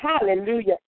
Hallelujah